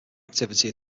activity